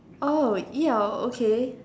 oh ya okay